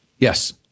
Yes